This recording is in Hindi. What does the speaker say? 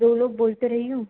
दो लोग बोल तो रही हूँ